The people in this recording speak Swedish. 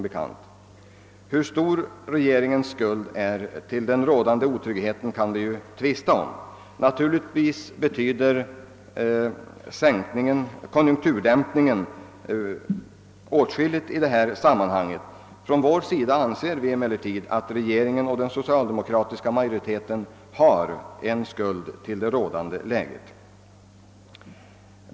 Hur stor regeringens skuld är till den rådande otryggheten kan man tvista om. Naturligtvis betyder konjunkturdämpningen en del i detta sammanhang. Från vår sida har vi emellertid ansett att regeringen och den socialdemokratiska majoriteten har en stor skuld till det rådande läget.